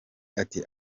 ati